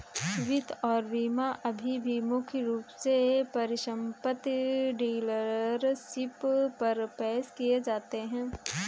वित्त और बीमा अभी भी मुख्य रूप से परिसंपत्ति डीलरशिप पर पेश किए जाते हैं